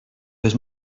was